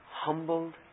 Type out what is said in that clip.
humbled